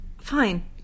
Fine